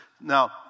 Now